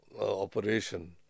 operation